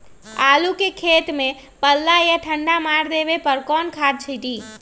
आलू के खेत में पल्ला या ठंडा मार देवे पर कौन खाद छींटी?